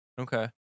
Okay